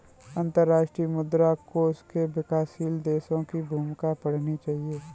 अंतर्राष्ट्रीय मुद्रा कोष में विकासशील देशों की भूमिका पढ़नी चाहिए